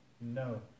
No